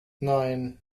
nein